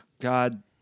God